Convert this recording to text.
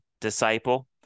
disciple